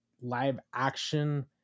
live-action